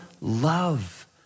love